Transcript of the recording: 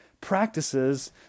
practices